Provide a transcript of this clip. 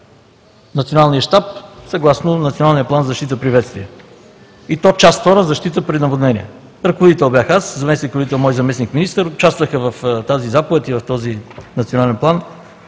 Националният щаб съгласно Националния план за защита при бедствия, и то Част втора „Защита при наводнения“. Ръководител бях аз, заместник-ръководител – мой заместник-министър. В тази заповед и в този Национален план